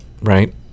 right